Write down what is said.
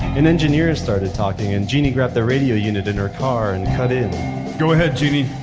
an engineer started talking and jeannie grabbed the radio unit in her car and cut in go ahead, genie.